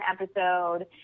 episode